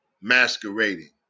masquerading